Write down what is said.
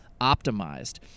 optimized